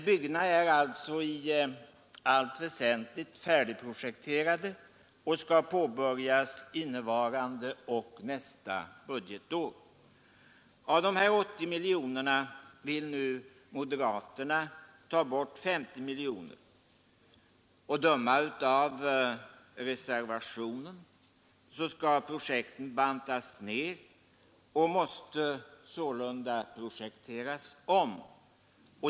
Byggnader är alltså i allt väsentligt färdigprojekterade och arbetet skall påbörjas innevarande och nästa budgetår. Av dessa 80 miljoner kronor vill nu moderaterna ta bort 50 miljoner kronor. Att döma av reservationen skall projekten bantas ner och måste sålunda projekteras om.